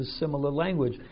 language